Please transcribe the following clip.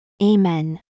Amen